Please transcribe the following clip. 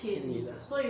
偏离了